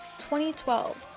2012